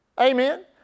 Amen